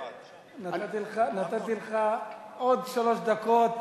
אני חושב, חבר הכנסת שי, נתתי לך עוד שלוש דקות.